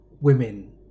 women